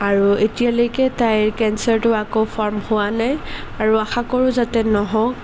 আৰু এতিয়ালৈকে তাইৰ কেঞ্চাৰটো আকৌ ফৰ্ম হোৱা নাই আৰু আশা কৰোঁ যাতে নহওক